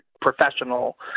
professional